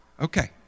Okay